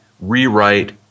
Rewrite